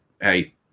hey